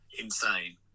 insane